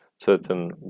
certain